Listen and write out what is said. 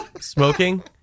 smoking